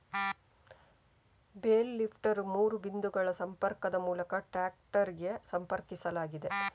bale lifter ಮೂರು ಬಿಂದುಗಳ ಸಂಪರ್ಕದ ಮೂಲಕ ಟ್ರಾಕ್ಟರಿಗೆ ಸಂಪರ್ಕಿಸಲಾಗಿದೆ